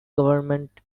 government